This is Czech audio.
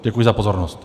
Děkuji za pozornost.